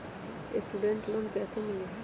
Student loan कैसे मिली?